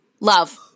love